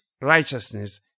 righteousness